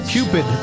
Cupid